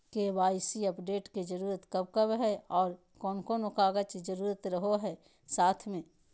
KYC update के जरूरत कब कब है और कौन कौन कागज के जरूरत रहो है साथ में?